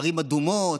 ערים אדומות,